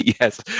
Yes